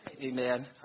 amen